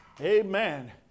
Amen